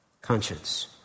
Conscience